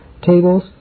tables